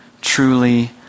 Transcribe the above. truly